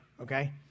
okay